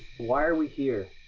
why are we here?